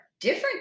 different